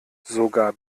sogar